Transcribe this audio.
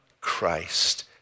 Christ